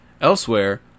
Elsewhere